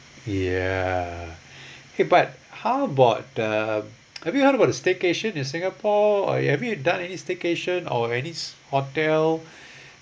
ya hey but how about the have you heard about the staycation in singapore or have you done any staycation or any hotel